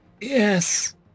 Yes